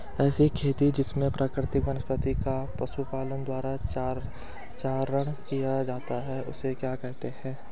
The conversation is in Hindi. ऐसी खेती जिसमें प्राकृतिक वनस्पति का पशुओं द्वारा चारण किया जाता है उसे क्या कहते हैं?